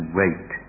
wait